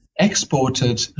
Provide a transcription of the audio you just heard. exported